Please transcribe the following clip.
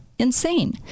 insane